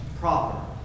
proper